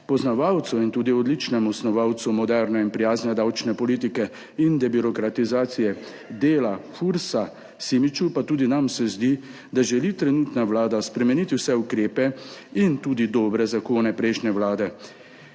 Poznavalcu in tudi odličnemu snovalcu moderne in prijazne davčne politike in debirokratizacije dela Fursa Simiču pa tudi nam se zdi, da želi trenutna vlada spremeniti vse ukrepe in tudi dobre zakone prejšnje vlade.